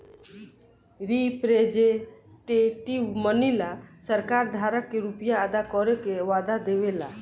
representative money ला सरकार धारक के रुपिया अदा करे के वादा देवे ला